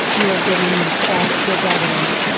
you are giving yourself good evidence,